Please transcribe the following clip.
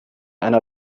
einer